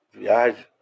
viagem